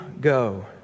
go